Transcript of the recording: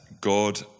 God